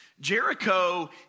Jericho